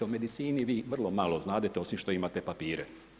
O medicini vi vrlo malo znadete osim što imate papire.